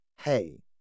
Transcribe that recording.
Hey